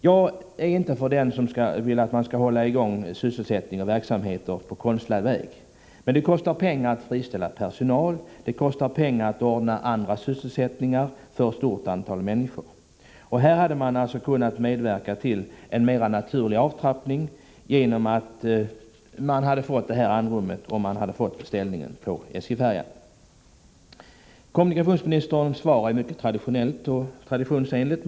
Jag är inte den som vill att man skall hålla i gång verksamheter på konstlad väg, men det kostar pengar att friställa personal och ordna annan sysselsättning för ett stort antal människor. Här hade SJ kunnat medverka till en mer naturlig avtrappning, genom att Uddevallavarvet, om det hade erhållit beställningen på SJ-färjan, hade fått ett visst andrum. Kommunikationsministerns svar är mycket traditionsenligt.